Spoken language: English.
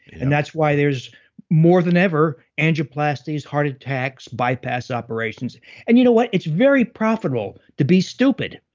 and that's why there's more than ever angioplasties, heart attacks, bypass operations and you know what? it's very profitable to be stupid.